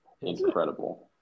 incredible